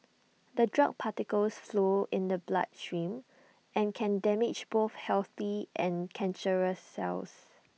the drug particles flow in the bloodstream and can damage both healthy and cancerous cells